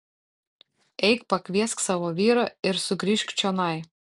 eik pakviesk savo vyrą ir sugrįžk čionai